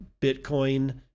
Bitcoin